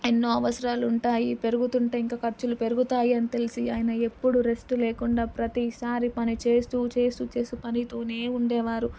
ఎన్నో అవసరాలు ఉంటాయి పెరుగుతుంటే ఇంకా ఖర్చులు పెరుగుతాయి అని తెలిసి ఆయన ఎప్పుడూ రెస్ట్ లేకుండా ప్రతీసారి పనిచేస్తూ చేస్తూ చేస్తూ పనితోనే ఉండేవారు